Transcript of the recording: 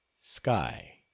sky